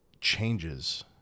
changes